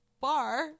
bar